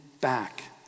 back